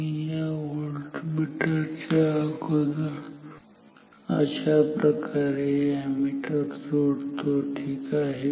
मी या व्होल्टमीटर च्या अगोदर अशाप्रकारे अॅमीटर जोडतो ठीक आहे